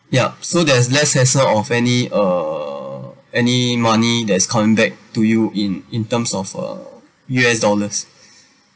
yup so there's less lesser of any uh any money that is coming back to you in in terms of uh U_S dollars